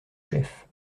chef